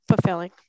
fulfilling